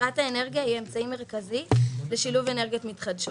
אגירת האנרגיה היא אמצעי מרכזי לשילוב אנרגיות מתחדשות.